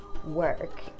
work